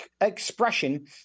expression